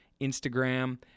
Instagram